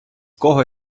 кого